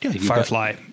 Firefly